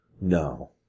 No